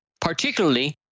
particularly